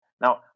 Now